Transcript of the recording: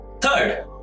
Third